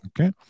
Okay